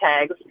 tags